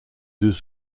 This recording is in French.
deux